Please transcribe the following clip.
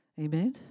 Amen